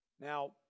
Now